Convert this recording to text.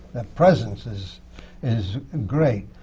presence is is great.